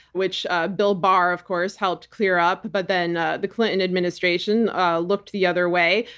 which ah bill barr of course helped clear up, but then ah the clinton administration looked the other way,